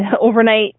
overnight